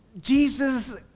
Jesus